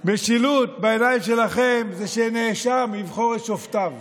משילות בעיניים שלכם זה שנאשם יבחר את שופטיו,